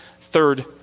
third